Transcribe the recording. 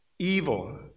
evil